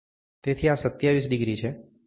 તેથી આ 27° છે